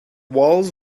walls